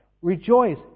Rejoice